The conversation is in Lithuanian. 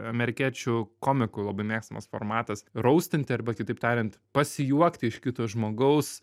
amerikiečių komikų labai mėgstamas formatas raustanti arba kitaip tariant pasijuokti iš kito žmogaus